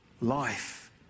life